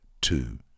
two